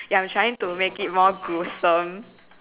ya I'm trying to make it more gruesome